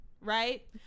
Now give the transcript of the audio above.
right